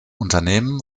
unternehmen